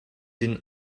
den